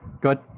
good